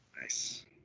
Nice